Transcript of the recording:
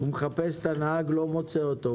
הוא מחפש את הנהג ולא מוצא אותו.